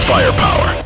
Firepower